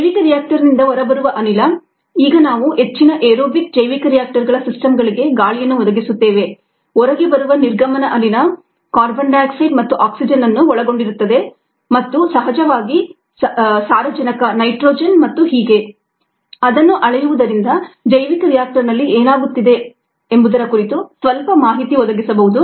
ಜೈವಿಕ ರಿಯಾಕ್ಟರ್ನಿಂದ ಹೊರಬರುವ ಅನಿಲ ಈಗ ನಾವು ಹೆಚ್ಚಿನ ಏರೋಬಿಕ್ ಜೈವಿಕ ರಿಯಾಕ್ಟರ್ಗಳ ಸಿಸ್ಟಮ್ಗಳಿಗೆ ಗಾಳಿಯನ್ನು ಒದಗಿಸುತ್ತೇವೆ ಹೊರಗೆ ಬರುವ ನಿರ್ಗಮನ ಅನಿಲ CO2 ಮತ್ತು O2 ಅನ್ನು ಒಳಗೊಂಡಿರುತ್ತದೆ ಮತ್ತು ಸಹಜವಾಗಿ ಸಾರಜನಕ ಮತ್ತು ಹೀಗೆ ಅದನ್ನು ಅಳೆಯುವುದರಿಂದ ಜೈವಿಕ ರಿಯಾಕ್ಟರ್ನಲ್ಲಿ ಏನಾಗುತ್ತಿದೆ ಎಂಬುದರ ಕುರಿತು ಸ್ವಲ್ಪ ಮಾಹಿತಿ ಒದಗಿಸಬಹುದು